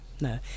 No